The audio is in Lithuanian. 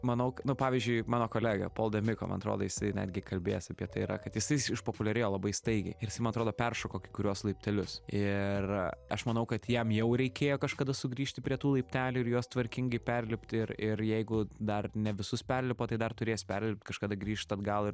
manau nu pavyzdžiui mano kolega paul de miko man atrodo jisai netgi kalbėjęs apie tai yra kad jisai išpopuliarėjo labai staigiai ir jisai man atrodo peršoko kai kuriuos laiptelius ir aš manau kad jam jau reikėjo kažkada sugrįžti prie tų laiptelių ir juos tvarkingai perlipti ir ir jeigu dar ne visus perlipo tai dar turės perlipt kažkada grįžt atgal ir